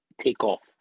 Takeoff